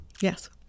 Yes